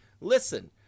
listen